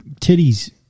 titties